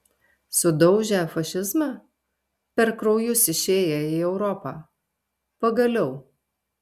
sudaužę fašizmą per kraujus išėję į europą pagaliau